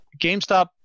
GameStop